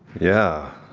yeah.